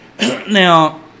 Now